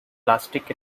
plastic